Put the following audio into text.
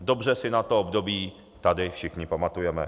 Dobře si na to období tady všichni pamatujeme.